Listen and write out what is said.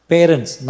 Parents